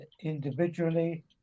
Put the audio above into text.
individually